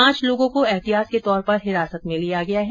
पांच लोगों को ऐतिहात के तौर पर हिरासत में लिया गया है